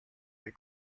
they